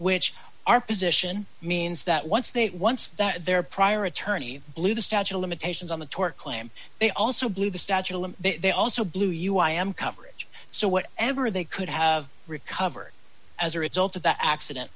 which our position means that once they once that their prior attorney blew the statue of limitations on the tort claim they also blew the statue and they also blew uan coverage so what ever they could have recovered as a result of the accident